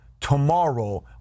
tomorrow